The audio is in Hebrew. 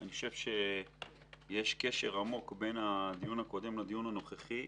יש קשר עמוק בין הדיון הקודם לדיון הנוכחי.